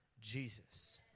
Jesus